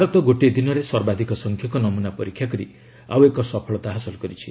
ଭାରତ ଗୋଟିଏ ଦିନରେ ସର୍ବାଧିକ ସଂଖ୍ୟକ ନମୁନା ପରୀକ୍ଷା କରି ଆଉ ଏକ ସଫଳତା ହାସଲ କରିଛି